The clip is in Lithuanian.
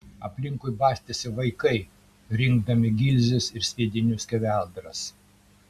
aplinkui bastėsi vaikai rinkdami gilzes ir sviedinių skeveldras